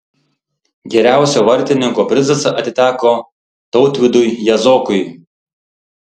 geriausio vartininko prizas atiteko tautvydui jazokui